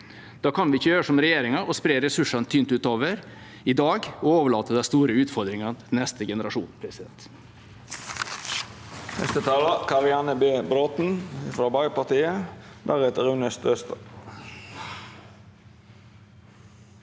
Da kan vi ikke gjøre som regjeringa og spre ressursene tynt utover i dag og overlate de store utfordringene til neste generasjon.